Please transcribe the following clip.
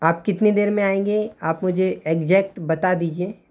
आप कितनी देर में आएंगे आप मुझे एग्जैक्ट बता दीजिए